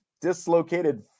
dislocated